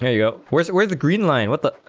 and yeah where where the green line with but